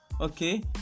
okay